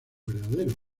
verdadero